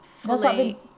fully